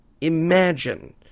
imagine